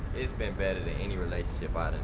it's been better than any relationship but i